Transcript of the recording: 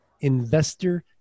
investor